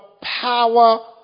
power